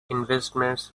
investments